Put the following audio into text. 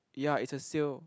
ya it's a sale